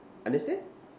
understand